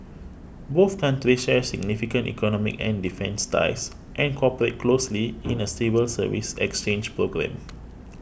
both countries share significant economic and defence ties and cooperate closely in a civil service exchange programme